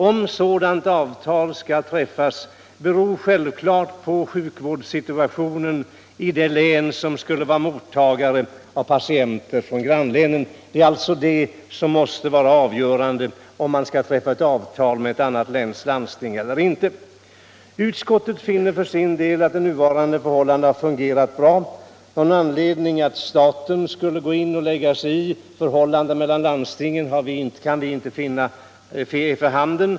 Om ett sådant avtal skall komma till stånd beror självklart på sjukvårdssituationen i det län som skulle vara mottagare av patienter från grannlänen. Det är det som måste vara avgörande för om ett avtal med annat läns landsting skall träffas. Utskottet finner för sin del att den nuvarande ordningen fungerat tillfredsställande. Någon anledning för staten att lägga sig i förhållandena mellan landstingen kan utskottet inte finna är för handen.